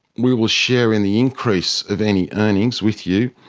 we will share in the increase of any earnings with you,